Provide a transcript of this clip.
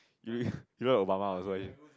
you you like Obama also right